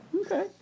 Okay